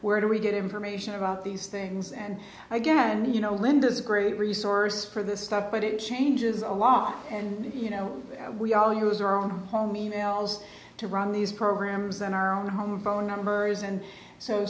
where do we get information about these things and again you know linda is a great resource for this stuff but it changes a lot and you know we all use our own home e mails to run these programs and our own home phone numbers and so